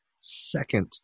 second